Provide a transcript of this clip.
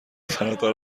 فراتر